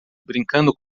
brincando